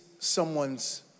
someone's